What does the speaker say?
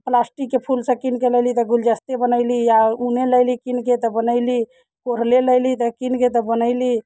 प्लास्टिकके फूलसभ कीन कऽ लयली तऽ गुलदस्ते बनयली आ या ऊने लयली कीन कऽ तऽ बनयली ओहो लयली कीन कऽ तऽ बनयली